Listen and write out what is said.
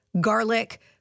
garlic